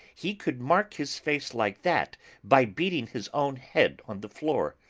he could mark his face like that by beating his own head on the floor.